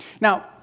Now